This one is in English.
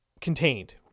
contained